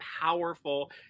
powerful